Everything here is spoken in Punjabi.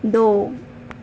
ਦੋ